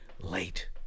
late